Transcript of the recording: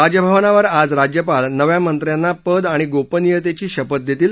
राजभवनावर आज राज्यपाल नव्या मंत्र्यांना पद आणि गोपनियतेची शपथ देतील